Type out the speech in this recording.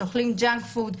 שאוכלים ג'אנק פוד,